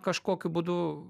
kažkokiu būdu